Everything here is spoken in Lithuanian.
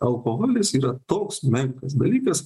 alkoholis yra toks menkas dalykas